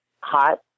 Hot